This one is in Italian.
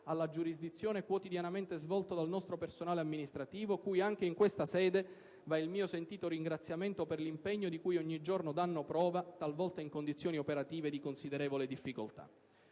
alla giurisdizione quotidianamente svolta dal nostro personale amministrativo cui, anche in questa sede, va il mio sentito ringraziamento per l'impegno di cui ogni giorno dà prova, talvolta in condizioni operative di considerevole difficoltà.